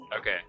Okay